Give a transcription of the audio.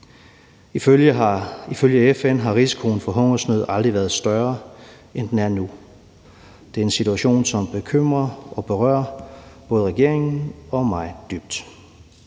Ifølge FN har risikoen for hungersnød aldrig været større, end den er nu. Det er en situation, som bekymrer og berører både regeringen og mig dybt.